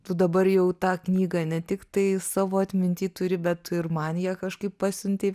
tu dabar jau tą knygą ne tiktai savo atminty turi bet tu ir man ją kažkaip pasiuntei